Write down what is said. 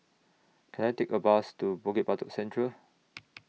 Can I Take A Bus to Bukit Batok Central